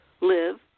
live